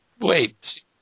wait